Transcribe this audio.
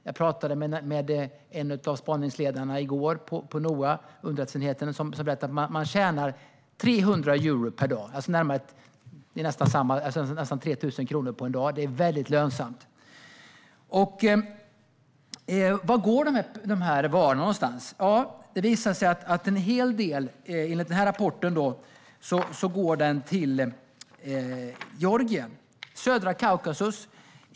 Jag talade med en av spaningsledarna i går på underrättelseenheten på NOA, som berättade att man tjänar 300 euro per dag. Det är nästan 3 000 kronor på en dag. Det är väldigt lönsamt. Vart går varorna någonstans? Det visar sig enligt rapporten att en hel del går till Georgien i södra Kaukasus.